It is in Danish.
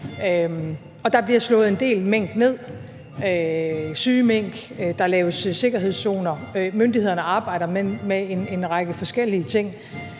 og der bliver slået en del mink ned, syge mink, der laves sikkerhedszoner, myndighederne arbejder med en række forskellige ting.